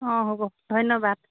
অঁ হ'ব ধন্যবাদ